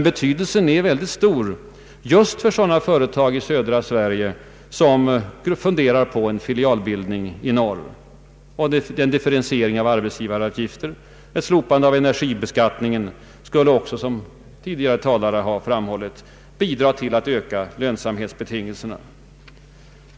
Betydelsen är särskilt stor just för sådana företag i södra Sverige som funderar på en filialbildning i norr. En differentiering av arbetsgivaravgiften, ett slopande av energibeskattningen skulle, vilket även tidigare talare framhållit, bidra till att öka lönsamhetsbetingelserna.